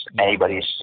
Anybody's